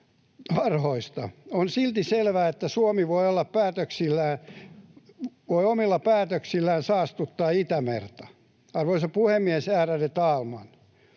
On silti selvää, ettei Suomi voi omilla päätöksillään saastuttaa Itämerta. Arvoisa puhemies, ärade talman!